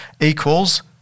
equals